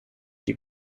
die